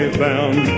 bound